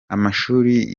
amashuri